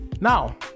Now